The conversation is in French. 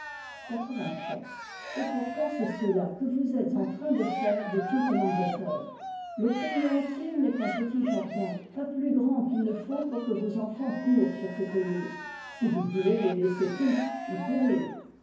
a nfotedtil'autew e oute fangielerre le pays entier train de faire de toute l'angielerre le pays entier n'est qu'un petit jardin pas plus grand qu'il ne faut pour que vos enfants courent sur ses pelouses si vous voulez les laisser tous y courir